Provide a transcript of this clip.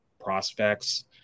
prospects